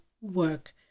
work